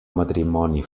matrimoni